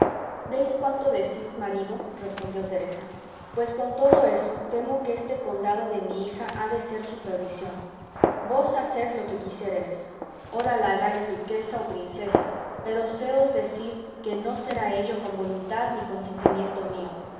veis cuanto decís marido respondió teresa pues con todo eso temo que este condado de mi hija ha de ser su perdición vos haced lo que quisiéredes ora la hagáis duquesa o princesa pero séos decir que no será ello con voluntad ni consentimiento mío